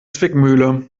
zwickmühle